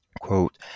Quote